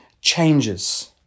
changes